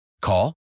Call